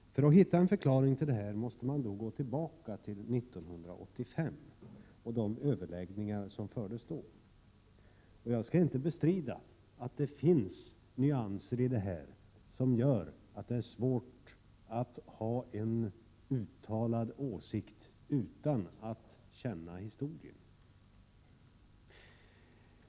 För att hitta en förklaring måste man gå tillbaka till 1985 och de överläggningar som fördes då. Jag skall inte bestrida att det finns nyanser i det här som gör att det är svårt att ha en uttalad åsikt utan att känna historien.